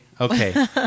okay